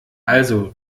also